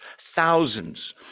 thousands